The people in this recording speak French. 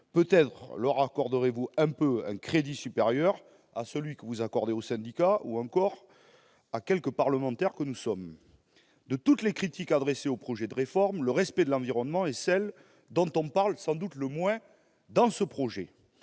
peut-être leur accorderez-vous un crédit légèrement supérieur à celui que vous accordez aux syndicats ou aux parlementaires que nous sommes ... De toutes les critiques adressées au projet de réforme, le respect de l'environnement est celle dont on parle sans doute le moins. Or, comme